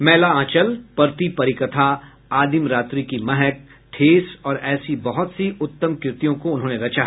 मैला आंचल परती परिकथा आदिम रात्रि की महक ठेस और ऐसी बहुत सी उत्तम कृतियों को उन्होने रचा